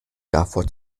davor